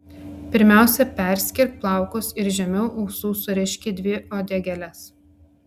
pirmiausia perskirk plaukus ir žemiau ausų surišk į dvi uodegėles